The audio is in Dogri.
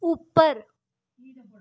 उप्पर